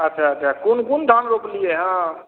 अच्छा अच्छा कोन कोन धान रोपलिए हइ